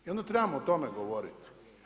I onda trebam o tome govoriti.